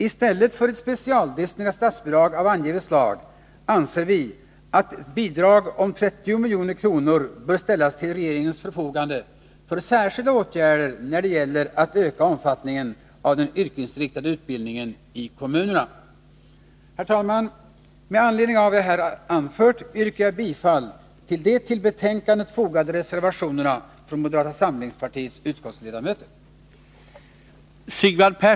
I stället för ett specialdestinerat statsbidrag av angivet slag anser vi att bidrag om 30 milj.kr. bör ställas till regeringens förfogande för särskilda åtgärder när det gäller att öka omfattningen av den yrkesinriktade utbildningen i kommunerna. Herr talman! Med anledning av vad jag här har anfört yrkar jag bifall till de till betänkandet fogade reservationerna från moderata samlingspartiets utskottsledamöter.